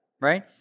right